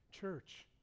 church